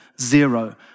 Zero